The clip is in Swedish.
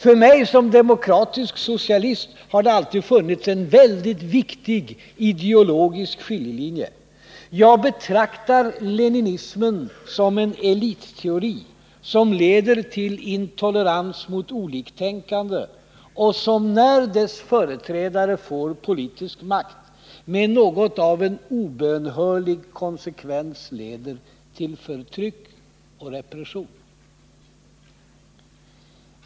För mig som demokratisk socialist har det alltid funnits en väldigt viktig ideologisk skiljelinje: jag betraktar leninismen som en elitteori, som leder till intolerans mot oliktänkande och som när dess företrädare får politisk makt med något av en obönhörlig konsekvens leder till förtryck och repression.